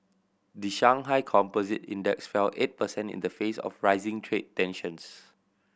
the Shanghai Composite Index fell eight percent in the face of rising trade tensions